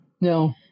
No